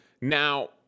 Now